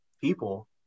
people